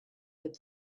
with